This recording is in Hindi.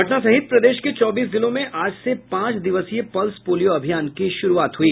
पटना सहित प्रदेश के चौबीस जिलों में आज से पांच दिवसीय पल्स पोलियो अभियान की शुरूआत हुई